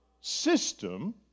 system